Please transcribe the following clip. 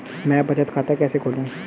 मैं बचत खाता कैसे खोलूं?